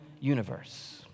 universe